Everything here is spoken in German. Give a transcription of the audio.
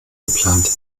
geplant